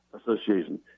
Association